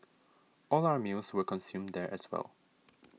all our meals were consumed there as well